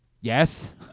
Yes